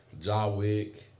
Jawick